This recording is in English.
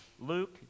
Luke